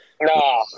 No